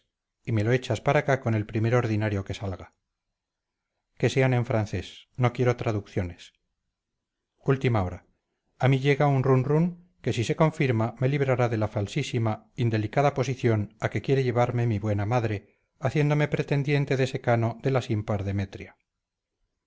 y me lo echas para acá con el primer ordinario que salga que sean en francés no quiero traducciones última hora a mí llega un run run que si se confirma me librará de la falsísima indelicada posición a que quiere llevarme mi buena madre haciéndome pretendiente de secano de la